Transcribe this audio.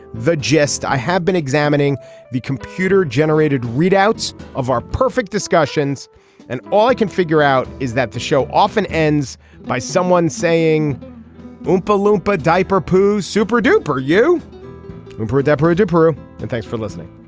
the gist i have been examining the computer generated readouts of our perfect discussions and all i can figure out is that the show often ends by someone saying boom balloon but diaper proves super duper you mean for deborah deborah and thanks for listening